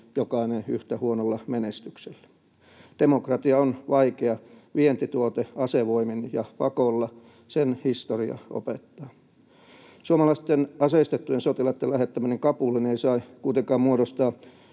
jokainen yhtä huonolla menestyksellä. Demokratia on vaikea vientituote asevoimin ja pakolla, sen historia opettaa. Suomalaisten aseistettujen sotilaitten lähettäminen Kabuliin ei saa kuitenkaan muodostaa